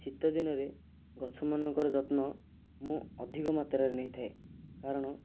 ଶୀତ ଦିନରେ ଗଛ ମାନଙ୍କର ଯତ୍ନ ମୁଁ ଅଧିକ ମାତ୍ରାରେ ନେଇଥାଏ କାରଣ